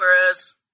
whereas